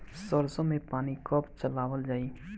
सरसो में पानी कब चलावल जाई?